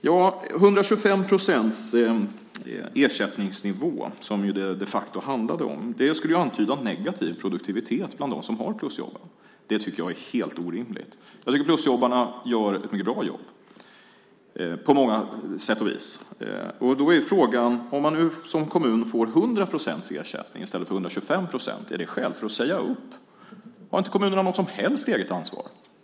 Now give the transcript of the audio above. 125 procents ersättningsnivå - som det de facto handlade om - skulle ju antyda en negativ produktivitet bland dem som har plusjobben. Det tycker jag är helt orimligt! Jag tycker att plusjobbarna gör ett mycket bra jobb på många sätt och vis. Då är frågan: Om kommunen får 100 procents ersättning i stället för 125 procent - är det skäl för att säga upp? Har kommunerna inte något som helst eget ansvar?